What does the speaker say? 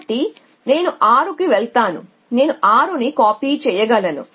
కాబట్టి నేను 6 కి వెళ్తాను నేను 6 ని కాపీ చేయగలను